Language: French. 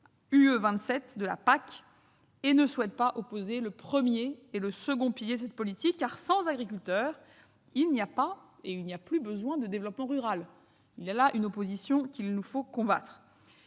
commune, la PAC, et ne souhaite pas opposer le premier et le second pilier de cette politique, car sans agriculteurs, il n'y a pas et il n'y a plus besoin de développement rural. Il y a là une opposition qu'il nous faut combattre.